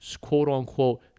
quote-unquote